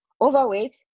overweight